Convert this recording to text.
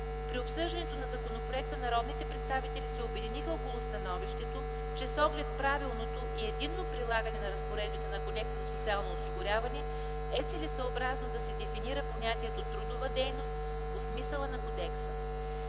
При обсъждането на законопроекта народните представители се обединиха около становището, че с оглед правилното и единно прилагане на разпоредбите на Кодекса за социално осигуряване, е целесъобразно да се дефинира понятието „трудова дейност” по смисъла на Кодекса.